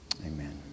Amen